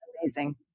amazing